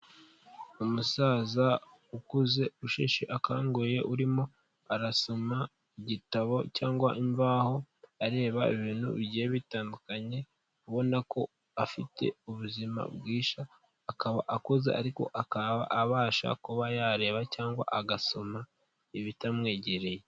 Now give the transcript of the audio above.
Umusaza ukuze usheshe akanguye, urimo arasoma igitabo cyangwa imvaho areba ibintu bigiye bitandukanye, ubona ko afite ubuzima bwiza akaba akuze ariko akaba abasha kuba yareba cyangwa agasoma ibitamwegereye.